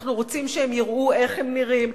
אנחנו רוצים שהם יראו איך הם נראים,